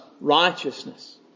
righteousness